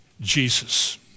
Jesus